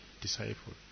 disciple